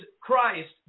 Christ